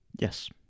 Yes